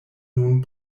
nun